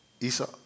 Esau